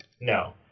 No